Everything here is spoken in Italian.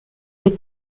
dei